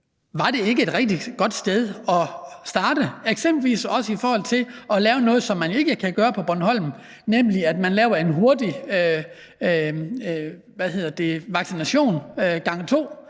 Var det ikke et rigtig godt sted at starte, eksempelvis også i forhold til at lave noget, som man ikke kan gøre på Bornholm, nemlig foretage en hurtig vaccination nummer to